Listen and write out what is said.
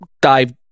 dive